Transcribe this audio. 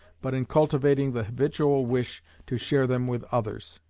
but in cultivating the habitual wish to share them with others,